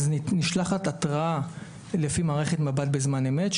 אז נשלחת התרעה במערכת מב"ד בזמן אמת,